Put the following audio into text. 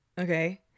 okay